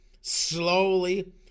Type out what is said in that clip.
Slowly